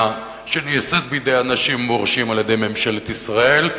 שנעשית בידי אנשים מורשים על-ידי ממשלת ישראל,